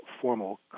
formal